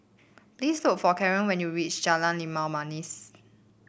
please look for Caren when you reach Jalan Limau Manis